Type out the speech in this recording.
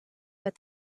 but